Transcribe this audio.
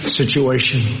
situation